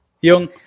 Yung